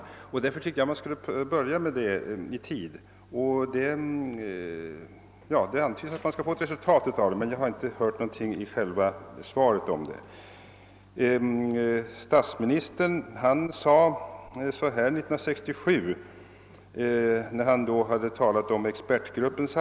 Jag tyckte därför att man skall börja i tid med detta. Det antyds att det skall bli ett förslag, men jag har inte hört något i själva svaret därom. Efter att ha talat om expertgruppens arbete och om redovisningen av underlaget etc.